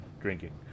drinking